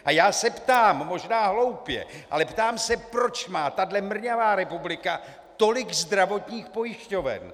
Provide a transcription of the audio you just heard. A já se ptám, možná hloupě, ale ptám se, proč má tahle mrňavá republika tolik zdravotních pojišťoven.